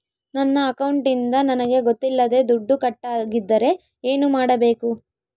ನನ್ನ ಅಕೌಂಟಿಂದ ನನಗೆ ಗೊತ್ತಿಲ್ಲದೆ ದುಡ್ಡು ಕಟ್ಟಾಗಿದ್ದರೆ ಏನು ಮಾಡಬೇಕು?